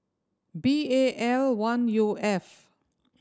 B A L one U F